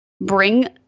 bring